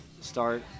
start –